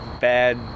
bad